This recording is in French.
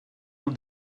aux